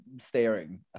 staring